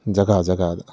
ꯖꯒꯥ ꯖꯒꯥꯗ